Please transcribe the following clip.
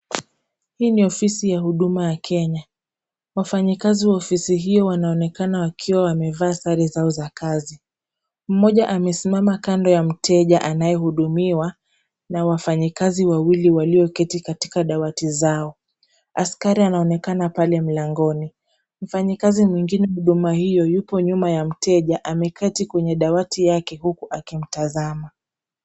Hii ni ofisi ya huduma ya Kenya. Wafanyikazi wa ofisi hiyo wanaonekana wakiwa wamevaa sare zao za kazi. Mmoja amesimama kando ya mteja anayehudumiwa na wafanyikazi wawili walioketi katika dawati zao. Askari anaonekana pale mlangoni. Mfanyakazi mwingine wa huduma hiyo yupo nyuma ya mteja ameketi kwenye dawati yake huku akimtazama.